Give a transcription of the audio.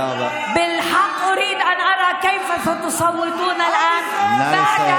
אני רוצה לראות איך אתם תצביעו עכשיו לאחר